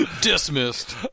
Dismissed